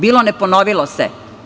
Bilo - ne ponovilo se.